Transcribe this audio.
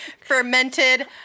Fermented